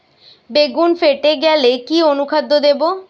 বেগুন ফেটে গেলে কি অনুখাদ্য দেবো?